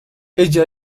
ella